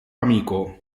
amico